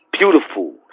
beautiful